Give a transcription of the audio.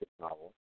novel